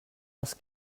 als